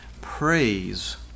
praise